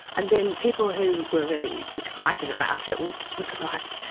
and then people who were really excited about it would would write,